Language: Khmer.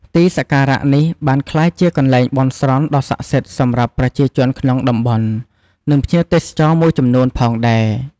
ទីសក្ការៈនេះបានក្លាយជាកន្លែងបន់ស្រន់ដ៏ស័ក្តិសិទ្ធិសម្រាប់ប្រជាជនក្នុងតំបន់ និងភ្ញៀវទេសចរមួយចំនួនផងដែរ។